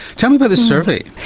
tell me about this survey.